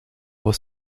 was